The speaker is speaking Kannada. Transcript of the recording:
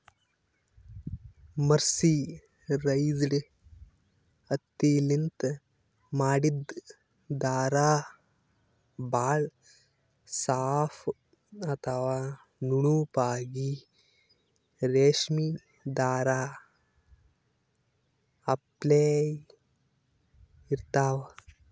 ಮರ್ಸಿರೈಸ್ಡ್ ಹತ್ತಿಲಿಂತ್ ಮಾಡಿದ್ದ್ ಧಾರಾ ಭಾಳ್ ಸಾಫ್ ಅಥವಾ ನುಣುಪಾಗಿ ರೇಶ್ಮಿ ಧಾರಾ ಅಪ್ಲೆ ಇರ್ತಾವ್